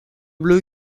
bleu